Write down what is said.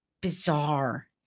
bizarre